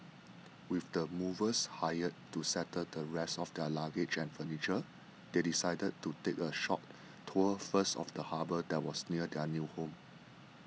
with the movers hired to settle the rest of their luggage and furniture they decided to take a short tour first of the harbour that was near their new home